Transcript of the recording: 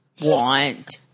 want